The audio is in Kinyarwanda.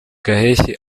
gaheshyi